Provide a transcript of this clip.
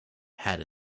had